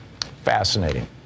Fascinating